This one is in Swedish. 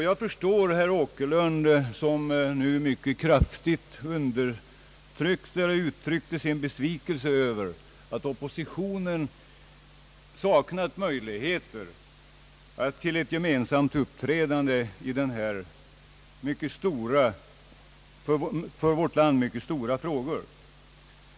Jag förstår herr Åkerlund, som så kraftigt uttryckte sin besvikelse över att oppositionen saknade möjligheter till ett gemensamt uppträdande i denna för vårt land mycket stora fråga.